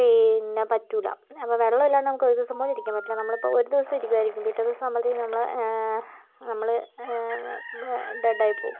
പിന്നേ പറ്റില്ല അപ്പോൾ വെള്ളം ഇല്ലാണ്ട് നമുക്ക് ഒരു ദിവസം പോലും ഇരിക്കാൻ പറ്റില്ല നമ്മൾ ഇപ്പോൾ ഒരു ദിവസം ഇരിക്കുവായിരിക്കും പിറ്റേ ദിവസം ആകുമ്പഴത്തേയ്ക്കും നമ്മള് നമ്മള് ഡെഡ് ആയിപ്പോകും